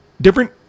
different